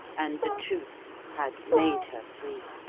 and the truth had made her free.